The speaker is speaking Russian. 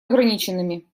ограниченными